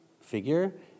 figure